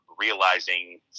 realizing